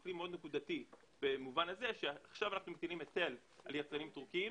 הוא כלי שעכשיו אנחנו מטילים היטל על יצרנים טורקיים